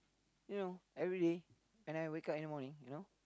you know every day when I wake up in the morning you know